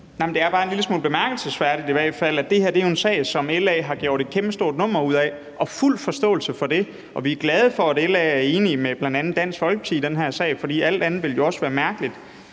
Det er bare en lille smule bemærkelsesværdigt i hvert fald, at det her jo er en sag, som LA har gjort et kæmpestort nummer ud af. Vi har fuld forståelse for det, og vi er glade for, at LA er enige med bl.a. Dansk Folkeparti i den her sag, for alt andet ville jo også være mærkeligt.